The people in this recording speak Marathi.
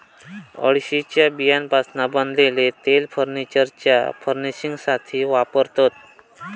अळशीच्या बियांपासना बनलेला तेल फर्नीचरच्या फर्निशिंगसाथी वापरतत